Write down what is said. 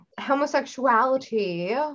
homosexuality